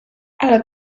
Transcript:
ale